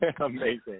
Amazing